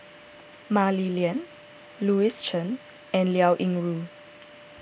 Mah Li Lian Louis Chen and Liao Yingru